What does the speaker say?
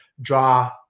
draw